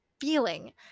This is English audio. feeling